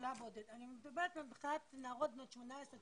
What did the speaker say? אני מדברת מבחינת בנות שהן בנות 19-18,